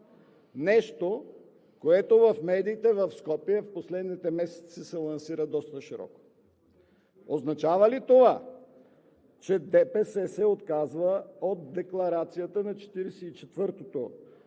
Нещо, което в медиите в Скопие в последните месеци се лансира доста широко. Означава ли това, че ДПС се отказва от Декларацията на